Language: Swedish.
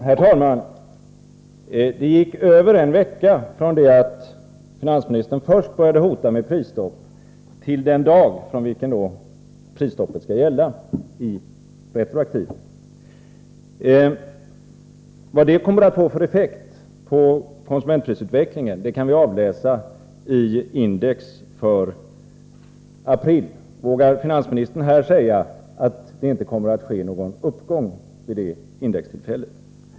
Herr talman! Det gick över en vecka från det att finansministern först började hota med prisstopp till den dag från vilken prisstoppet retroaktivt skall gälla. Vad detta kommer att få för effekt på konsumentprisutvecklingen kan vi avläsa i index för april. Vågar finansministern här säga att det inte kommer att ske någon uppgång vid det indextillfället?